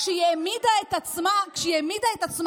אתם